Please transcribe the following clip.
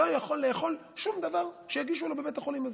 לא יכול לאכול שום דבר שיגישו לו בבית החולים הזה.